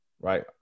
right